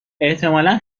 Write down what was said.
احتمالا